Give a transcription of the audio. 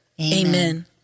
Amen